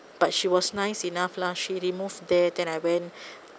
but she was nice enough lah she removed there then I went